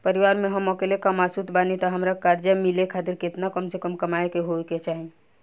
परिवार में हम अकेले कमासुत बानी त हमरा कर्जा मिले खातिर केतना कम से कम कमाई होए के चाही?